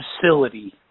facility